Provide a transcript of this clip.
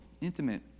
intimate